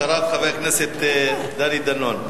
אחריו, חבר הכנסת דני דנון.